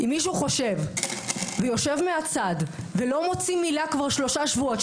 אם מישהו יושב מהצד ולא מוציא מילה כבר שלושה שבועות,